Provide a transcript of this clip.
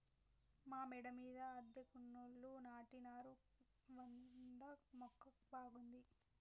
మా మేడ మీద అద్దెకున్నోళ్లు నాటినారు కంద మొక్క బాగుంది